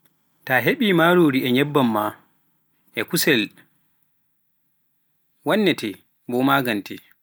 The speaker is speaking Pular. Ta hebɗi marori e kusel ma waɗai bo magante.